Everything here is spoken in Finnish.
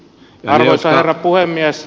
arvoisa herra puhemies